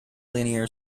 linear